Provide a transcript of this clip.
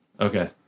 Okay